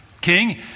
king